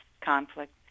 conflict